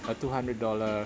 uh two hundred dollar